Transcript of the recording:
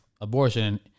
abortion